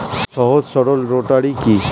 সহজ সরল রোটারি কি?